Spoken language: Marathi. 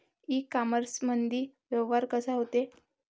इ कामर्समंदी व्यवहार कसा होते?